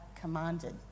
commanded